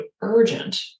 urgent